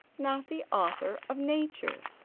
not the author of nature.